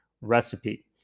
recipe